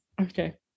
Okay